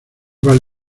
vale